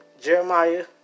Jeremiah